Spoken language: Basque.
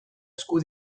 esku